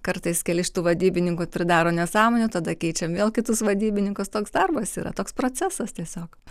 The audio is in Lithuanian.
kartais keli iš tų vadybininkų pridaro nesąmonių tada keičiam vėl kitus vadybininkus toks darbas yra toks procesas tiesiog